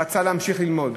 הוא רצה להמשיך ללמוד,